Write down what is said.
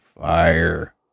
fire